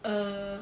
err